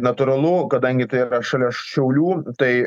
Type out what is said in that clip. natūralu kadangi tai yra šalia šiaulių tai